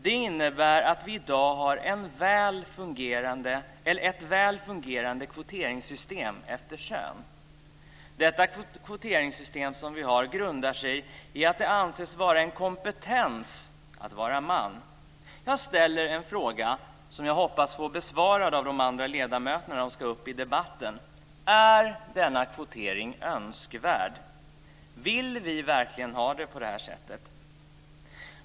Det innebär att vi i dag har ett väl fungerande kvoteringssystem efter kön. Detta kvoteringssystem grundar sig i att det anses vara en kompetens att vara man. Jag ställer två frågor som jag hoppas få besvarad av de andra ledamöterna när de ska gå upp i debatten: Är denna kvotering önskvärd? Vill vi verkligen ha det så?